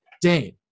Dane